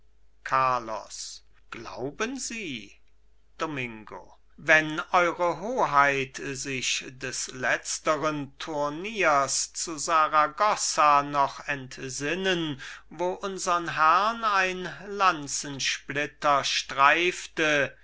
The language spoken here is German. carlos glauben sie domingo wenn eure hoheit sich des letzteren turniers zu saragossa noch entsinnen wo unsern herrn ein lanzensplitter streifte